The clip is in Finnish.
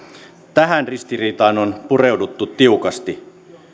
tähän ristiriitaan on pureuduttu tiukasti